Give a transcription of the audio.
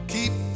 Keep